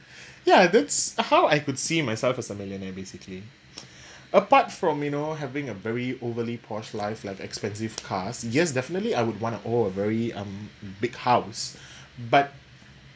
ya that's how I could see myself as a millionaire basically apart from you know having a very overly posh life like expensive cars yes definitely I would want to own a very um big house but